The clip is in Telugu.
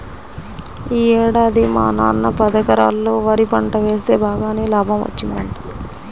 యీ ఏడాది మా నాన్న పదెకరాల్లో వరి పంట వేస్తె బాగానే లాభం వచ్చిందంట